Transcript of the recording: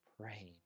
praying